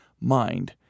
mind